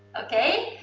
okay,